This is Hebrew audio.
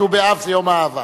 ט"ו באב זה יום האהבה.